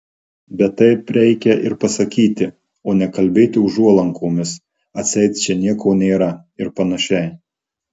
bet taip reikia ir pasakyti o ne kalbėti užuolankomis atseit čia nieko nėra ir panašiai